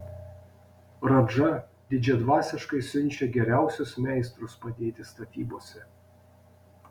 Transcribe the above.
radža didžiadvasiškai siunčia geriausius meistrus padėti statybose